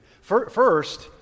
First